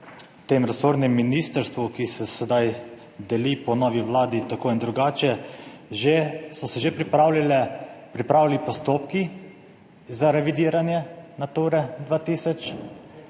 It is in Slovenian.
na tem resornem ministrstvu, ki se sedaj deli po novi Vladi tako in drugače, že, so se že pripravili postopki za revidiranje Nature 2000?